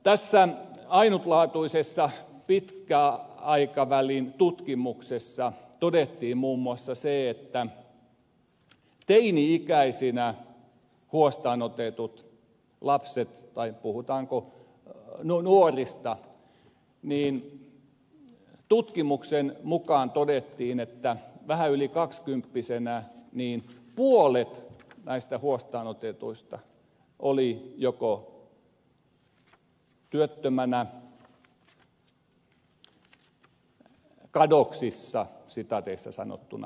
tässä ainutlaatuisessa pitkän aikavälin tutkimuksessa todettiin muun muassa se että teini ikäisistä huostaanotetuista lapsista tai puhutaanko nuorista vähän yli kaksikymppisenä puolet oli joko työttömänä kadoksissa tai eläkkeellä